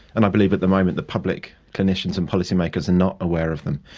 and i believe at the moment the public clinicians and policymakers are not aware of them.